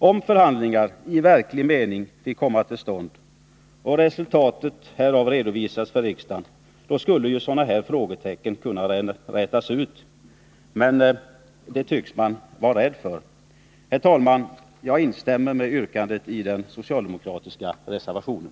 Om förhandlingar i verklig mening fick komma till stånd och resultatet härav redovisades för riksdagen skulle ju sådana här frågetecken kunna rätas ut — men det tycks man vara rädd för. Herr talman! Jag instämmer i yrkandet i den socialdemokratiska reservationen.